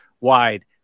wide